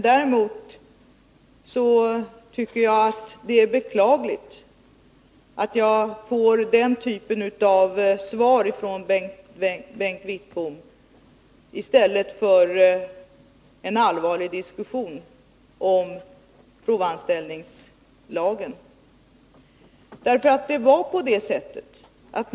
Däremot tycker jag att det är beklagligt att jag får den typen av svar från Bengt Wittbom i stället för en allvarlig diskussion om provanställningslagen.